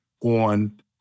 on